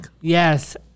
Yes